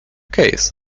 case